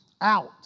out